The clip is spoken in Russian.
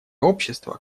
общество